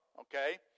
okay